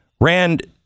Rand